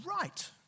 right